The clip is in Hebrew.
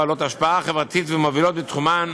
בעלות השפעה חברתית ומובילות בתחומן.